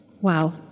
Wow